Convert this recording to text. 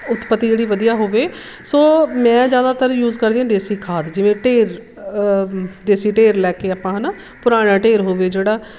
ਉਤਪੱਤੀ ਜਿਹੜੀ ਵਧੀਆ ਹੋਵੇ ਸੋ ਮੈਂ ਜ਼ਿਆਦਾਤਰ ਯੂਜ਼ ਕਰਦੀ ਹਾਂ ਦੇਸੀ ਖਾਦ ਜਿਵੇਂ ਢੇਰ ਦੇਸੀ ਢੇਰ ਲੈ ਕੇ ਆਪਾਂ ਹੈ ਨਾ ਪੁਰਾਣਾ ਢੇਰ ਹੋਵੇ ਜਿਹੜਾ